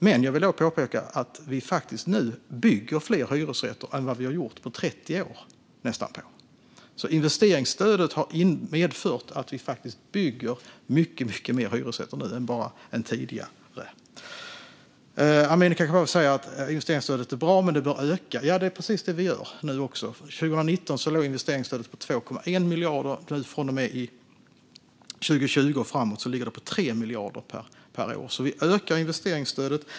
Men jag vill påpeka att vi nu bygger fler hyresrätter än vi har gjort på nästan 30 år, så investeringsstödet har medfört att vi faktiskt bygger många fler hyresrätter än tidigare. Amineh Kakabaveh säger att investeringsstödet är bra men bör ökas. Ja, det är precis det vi gör nu. År 2019 låg investeringsstödet på 2,1 miljarder. Från 2020 och framåt ligger det på 3 miljarder per år, så vi ökar investeringsstödet.